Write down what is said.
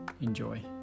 Enjoy